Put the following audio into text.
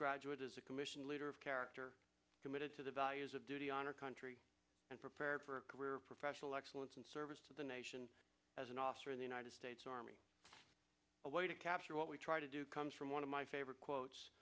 graduate is a commissioned leader of character committed to the values of duty honor country and prepared for a career professional excellence and service to the nation as in the united states army a way to capture what we try to do comes from one of my favorite quotes